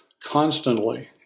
constantly